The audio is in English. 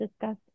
discuss